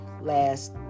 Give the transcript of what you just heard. last